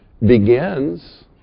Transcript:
begins